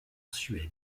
suède